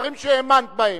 דברים שהאמנת בהם.